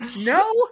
No